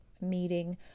meeting